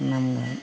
ನಮ್ಮ